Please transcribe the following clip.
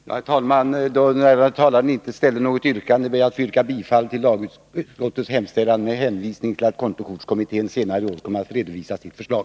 Herr talman! Då den ärade talaren inte framställde något yrkande, ber jag att få yrka bifall till lagutskottets hemställan med hänvisning till att kontokortskommittén senare i år kommer att redovisa sitt förslag.